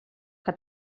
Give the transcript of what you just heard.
que